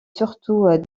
surtout